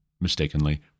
mistakenly